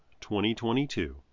2022